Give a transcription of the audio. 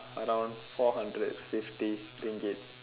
around four hundred fifty Ringgit